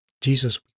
Jesus